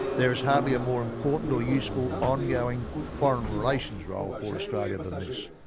there is hardly a more important or useful ongoing foreign relations role for australia than this.